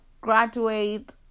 graduate